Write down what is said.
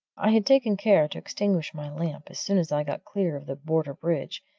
i had taken care to extinguish my lamp as soon as i got clear of the border bridge,